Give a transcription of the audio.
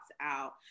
out